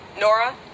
Nora